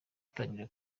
zatangiye